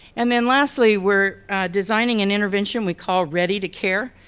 and then lastly, we're designing an intervention we call ready to care,